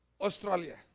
Australia